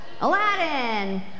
Aladdin